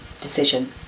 decision